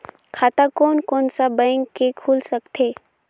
खाता कोन कोन सा बैंक के खुल सकथे?